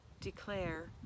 declare